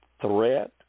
threat